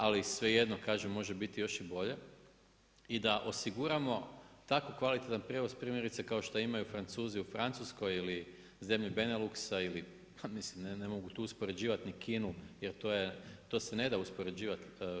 Ali, svejedno, kažem može biti još i bolje i da osiguramo tako kvalitetan prijevoz primjerice kao što imaju Francuzi u Francuskoj ili zemlje Beneluxa ili, pa mislim ne mogu tu uspoređivati ni Kinu, jer to se neda uspoređivati.